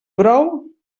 brou